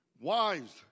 Wives